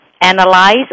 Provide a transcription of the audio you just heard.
analyze